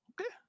Okay